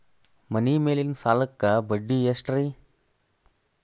ಮನಿ ಮೇಲಿನ ಸಾಲಕ್ಕ ಬಡ್ಡಿ ಎಷ್ಟ್ರಿ?